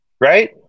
right